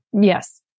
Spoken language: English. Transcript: Yes